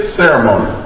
ceremony